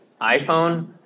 iPhone